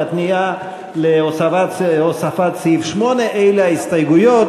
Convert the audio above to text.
והשנייה להוספת סעיף 8. אלה ההסתייגויות